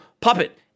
puppet